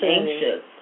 anxious